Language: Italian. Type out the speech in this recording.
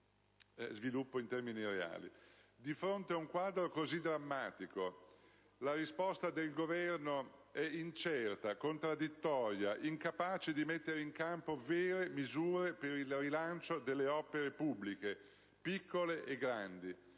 Di fronte ad un quadro così drammatico, la risposta del Governo è incerta, contraddittoria, incapace di mettere in campo vere misure per il rilancio delle opere pubbliche, piccole e grandi.